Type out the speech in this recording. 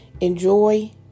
Enjoy